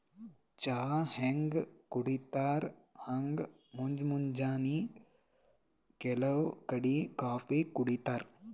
ಚಾ ಹ್ಯಾಂಗ್ ಕುಡಿತರ್ ಹಂಗ್ ಮುಂಜ್ ಮುಂಜಾನಿ ಕೆಲವ್ ಕಡಿ ಕಾಫೀ ಕುಡಿತಾರ್